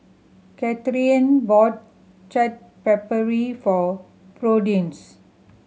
Katharyn bought Chaat Papri for Prudence